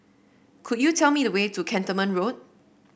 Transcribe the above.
could you tell me the way to Cantonment Road